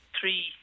three